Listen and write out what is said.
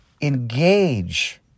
engage